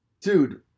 dude